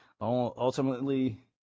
Ultimately